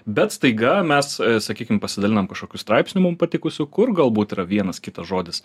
bet staiga mes sakykim pasidalinam kažkokiu straipsniu mums patikusiu kur galbūt yra vienas kitas žodis